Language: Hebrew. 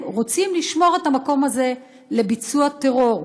רוצים לשמור את המקום הזה לביצוע טרור.